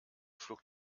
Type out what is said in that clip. flog